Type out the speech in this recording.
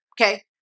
okay